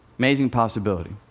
amazing possibility.